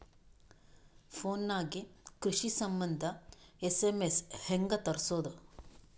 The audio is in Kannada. ಫೊನ್ ನಾಗೆ ಕೃಷಿ ಸಂಬಂಧ ಎಸ್.ಎಮ್.ಎಸ್ ಹೆಂಗ ತರಸೊದ?